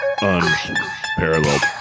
Unparalleled